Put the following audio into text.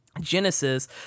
Genesis